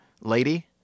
lady